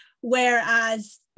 Whereas